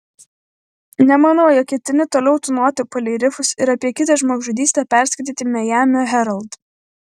nemanau jog ketini toliau tūnoti palei rifus ir apie kitą žmogžudystę perskaityti majamio herald